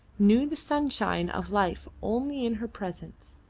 knew the sunshine of life only in her presence.